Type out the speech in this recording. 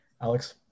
Alex